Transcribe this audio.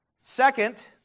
Second